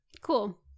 Cool